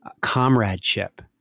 comradeship